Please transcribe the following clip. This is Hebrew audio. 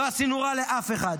לא עשינו רע לאף אחד.